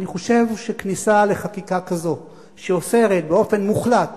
אני חושב שכניסה לחקיקה כזאת, שאוסרת באופן מוחלט